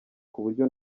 kuburyo